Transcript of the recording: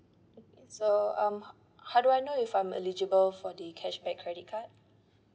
so um h~ how do I know if I'm eligible for the cashback credit card